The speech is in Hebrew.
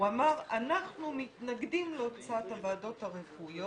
"אנחנו מתנגדים להוצאת הוועדות הרפואיות".